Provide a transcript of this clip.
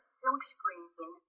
silkscreen